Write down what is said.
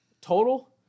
Total